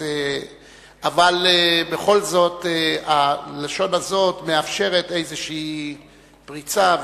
אבל בכל זאת הלשון הזאת מאפשרת איזו פריצה.